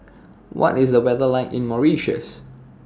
What IS The weather like in Mauritius